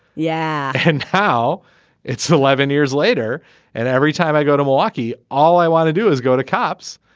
yeah and how it's eleven years later and every time i go to milwaukee all i want to do is go to cops.